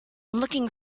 looking